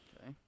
Okay